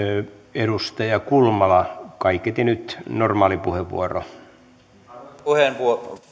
edustaja kulmala kaiketi nyt normaali puheenvuoro puheenvuoro